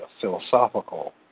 philosophical